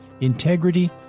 Integrity